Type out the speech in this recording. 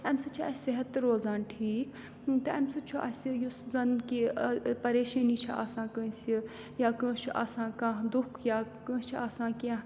اَمہِ سۭتۍ چھُ اَسہِ صحت تہِ روزان ٹھیٖک تہٕ امہِ سۭتۍ چھُ اَسہِ یُس زَن کہِ پریشٲنی چھِ آسان کٲنٛسہِ یا کٲنٛسہِ چھُ آسان کانٛہہ دُکھ یا کٲنٛسہِ چھِ آسان کیٚنٛہہ